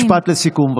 משפט לסיכום,